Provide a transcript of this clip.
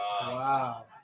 Wow